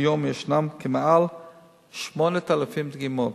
כיום ישנן מעל 8,000 דגימות.